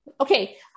Okay